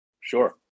Sure